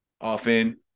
Often